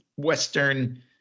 western